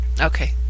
Okay